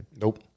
nope